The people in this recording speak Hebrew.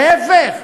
להפך,